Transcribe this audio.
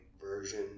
version